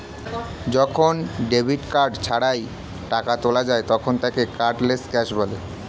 যখন debit card ছাড়াই টাকা তোলা যায় তখন তাকে কার্ডলেস ক্যাশ বলে